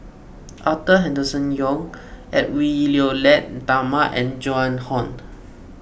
Arthur Henderson Young Edwy Lyonet Talma and Joan Hon